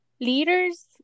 leaders